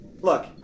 look